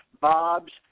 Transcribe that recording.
Bob's